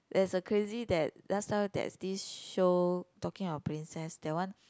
there's a crazy that last time there's this show talking about princess that one